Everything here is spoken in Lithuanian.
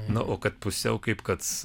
na o kad pusiau kaip kad